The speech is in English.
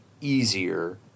easier